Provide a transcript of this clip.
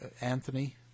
Anthony